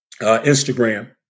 Instagram